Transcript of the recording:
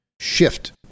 shift